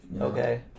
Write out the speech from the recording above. okay